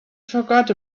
forgot